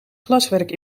glaswerk